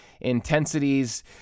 intensities